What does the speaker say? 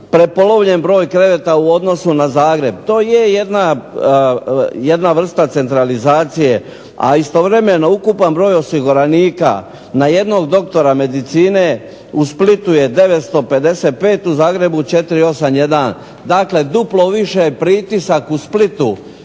prepolovljen broj kreveta u odnosu na Zagreb. To je jedna vrsta centralizacije. A istovremeno ukupan broj osiguranika na jednog doktora medicine u Splitu je 955 u Zagrebu 481. Dakle duplo veći pritisak u Splitu